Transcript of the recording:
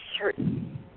certain